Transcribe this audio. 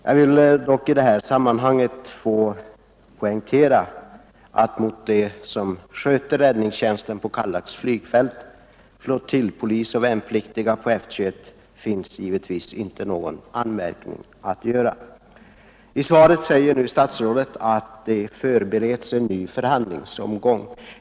Jag vill dock i det här sammanhanget poängtera att mot dem som sköter räddningstjänsten på Kallax flygfält — flottiljpolis och värnpliktiga — finns givetvis inte någon anmärkning att göra. I svaret säger nu statsrådet att en ny förhandlingsomgång förbereds.